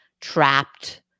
trapped